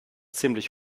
ziemlich